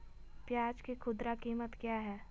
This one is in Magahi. प्याज के खुदरा कीमत क्या है?